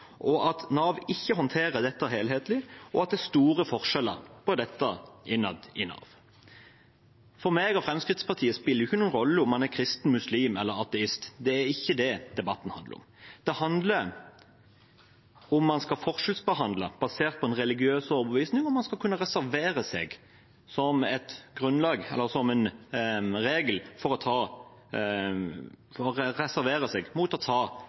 at Nav ikke håndterer dette helhetlig, og at det er store forskjeller innad i Nav. For meg og Fremskrittspartiet spiller det ikke noen rolle om en er kristen, muslim eller ateist. Det er ikke det debatten handler om. Den handler om hvorvidt man skal forskjellsbehandle basert på religiøs overbevisning, om man som en regel skal kunne reservere seg mot å ta jobb basert på religiøs overbevisning i Norge i 2021. Med det vil jeg ta